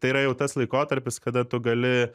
yra jau tas laikotarpis kada tu gali